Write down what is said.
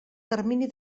termini